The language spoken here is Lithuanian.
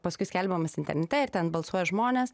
paskui skelbiamas internete ir ten balsuoja žmonės